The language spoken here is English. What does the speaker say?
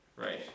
right